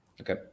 okay